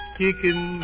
kicking